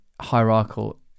hierarchical